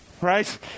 right